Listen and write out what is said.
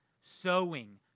sowing